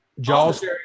jaws